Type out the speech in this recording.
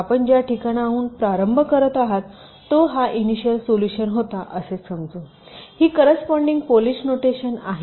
आपण ज्या ठिकाणाहून प्रारंभ करत आहात तो हा हा इनिशिअल सोल्युशन होता असे समजू ही करस्पॉन्डिन्ग पॉलिश नोटेशन आहे